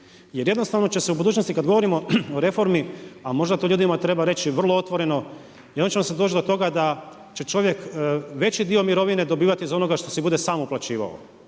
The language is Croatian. Jer jednostavno će se u budućnosti kad govorimo o reformi, a možda to ljudima treba reći vrlo otvoreno jer onda ćemo sad doći do toga da će čovjek veći dio mirovine dobivati iz onoga što si bude sam uplaćivao.